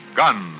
gun